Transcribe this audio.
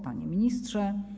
Panie Ministrze!